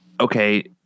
okay